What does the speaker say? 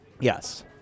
Yes